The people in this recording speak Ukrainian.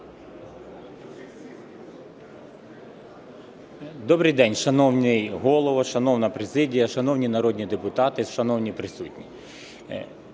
Добрий день, шановний Голово, шановна президія, шановні народні депутати, шановні присутні!